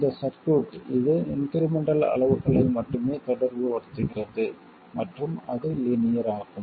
இந்த சர்க்யூட் இது இன்க்ரிமென்ட்டல் அளவுகளை மட்டுமே தொடர்புபடுத்துகிறது மற்றும் அது லீனியர் ஆகும்